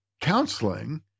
counseling